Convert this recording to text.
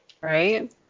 right